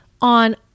on